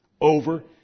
Over